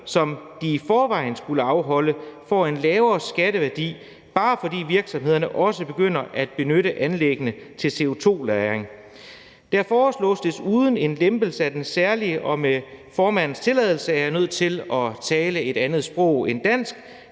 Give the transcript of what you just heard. som de i forvejen skulle afholde, får en lavere skatteværdi, bare fordi virksomhederne også begynder at benytte anlæggene til CO2-lagring. Der foreslås desuden en lempelse af den særlige – og med formandens tilladelse, er jeg nødt til at tale et andet sprog end dansk